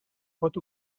pot